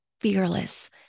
fearless